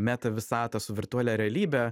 meta visatą su virtualia realybe